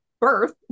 birth